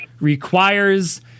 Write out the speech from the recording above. requires